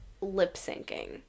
lip-syncing